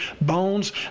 bones